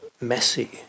messy